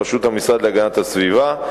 בראשות המשרד להגנת הסביבה,